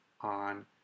on